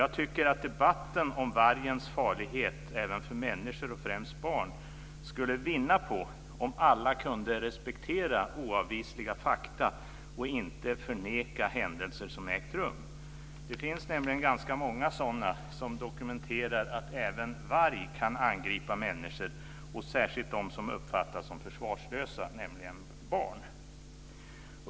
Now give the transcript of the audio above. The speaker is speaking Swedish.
Jag tycker att debatten om vargens farlighet även för människor och främst barn skulle vinna på om alla kunde respektera oavvisliga fakta och inte förneka händelser som ägt rum. Det finns nämligen ganska många sådana som dokumenterar att även varg kan angripa människor, särskilt dem som uppfattas som försvarslösa, nämligen barn.